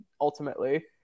ultimately